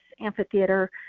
amphitheater